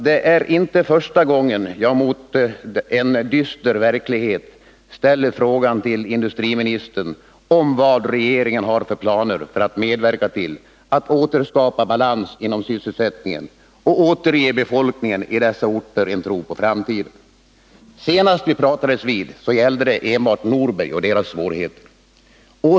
Det är inte första gången jag mot bakgrund av en dyster verklighet ställer frågan till industriministern om vad regeringen har för planer för att medverka till att återskapa balans inom sysselsättningen och återge befolkningen i berörda orter en tro på framtiden. Senast vi pratades vid gällde det enbart Norbergs kommun och svårigheterna där.